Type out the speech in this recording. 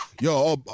Yo